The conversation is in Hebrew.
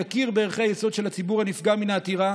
יכיר בערכי היסוד של הציבור הנפגע מן העתירה